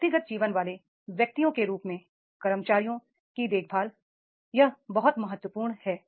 व्यक्तिगत जीवन वाले व्यक्तियों के रूप में कर्मचारियों की देखभाल यह बहुत महत्वपूर्ण है